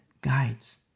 guides